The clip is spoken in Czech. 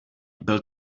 byl